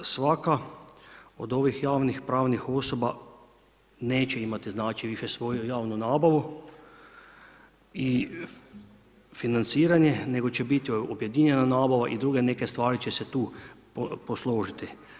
Svaka od ovih javnih pravnih osoba neće imati znači više svoju javnu nabavu i financiranje, nego će biti objedinjena nabava i druge neke stvari će se tu posložiti.